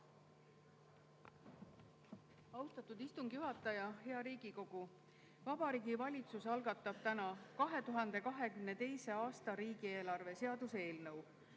Austatud istungi juhataja! Hea Riigikogu! Vabariigi Valitsus algatab täna 2022. aasta riigieelarve seaduse eelnõu.